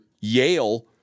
Yale